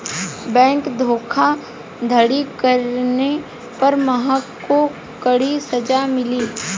bank धोखाधड़ी करने पर महक को कड़ी सजा मिली